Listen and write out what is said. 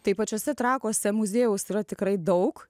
tai pačiuose trakuose muziejaus yra tikrai daug